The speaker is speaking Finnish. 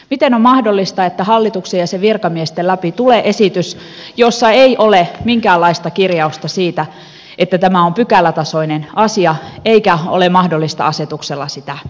miten on mahdollista että hallituksen ja sen virkamiesten läpi tulee esitys jossa ei ole minkäänlaista kirjausta siitä että tämä on pykälätasoinen asia eikä ole mahdollista asetuksella sitä antaa